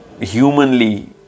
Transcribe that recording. humanly